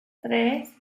tres